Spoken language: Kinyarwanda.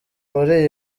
muri